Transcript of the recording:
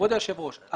כבוד היושב ראש,